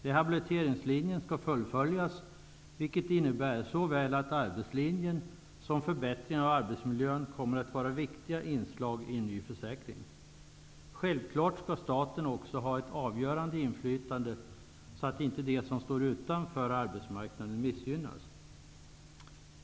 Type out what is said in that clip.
Rehabiliteringslinjen skall fullföljas, vilket innebär att såväl arbetslinjen som förbättringar av arbetsmiljön kommer att vara viktiga inslag i en ny försäkring. Självfallet skall staten också ha ett avgörande inflytande så att inte de som står utanför arbetsmarknaden missgynnas.